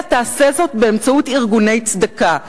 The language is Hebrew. אלא תעשה זאת באמצעות ארגוני צדקה.